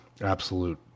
absolute